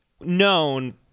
known